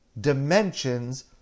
dimensions